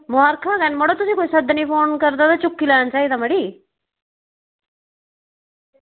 मबारखां मड़ो तुसेंगी कोई सद्दनै ई फोन करदा ते चुक्की लैना चाहिदा मड़ी